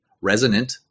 resonant